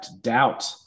doubt